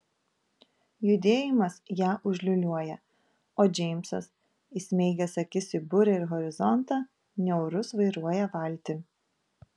judėjimas ją užliūliuoja o džeimsas įsmeigęs akis į burę ir horizontą niaurus vairuoja valtį